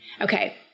okay